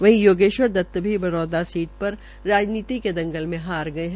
वहीं योगेश्वर दत भी बरोदा सीट पर राजनीति के दंगल में हार गये है